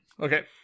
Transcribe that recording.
okay